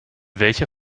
welcher